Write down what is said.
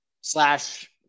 slash